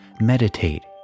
meditate